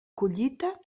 collita